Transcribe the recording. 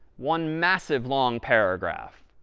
one massive, long paragraph.